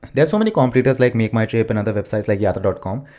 there's so many competitors like makemytrip and other websites like yatra but com.